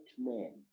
man